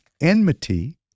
Enmity